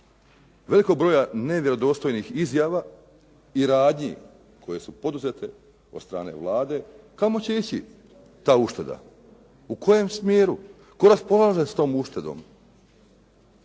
velikog broja nevjerodostojnih izjava i radnji koje su poduzete od strane Vlade kamo će ići ta ušteda, u kojem smjeru, tko raspolaže sa tom uštedom.